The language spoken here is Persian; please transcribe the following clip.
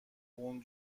خون